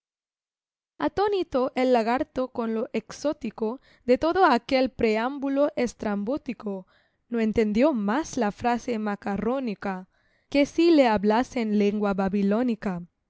atónito el lagarto con lo exótico de todo aquel preámbulo estrambótico no entendió más la frase macarrónica que si le hablasen lengua